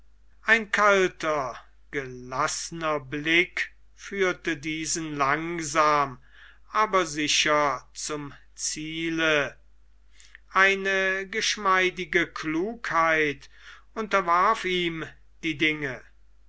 ein kalter gelaßner blick führte diesen langsam aber sicher zum ziele eine geschmeidige klugheit unterwarf ihm die dinge